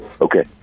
Okay